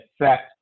affect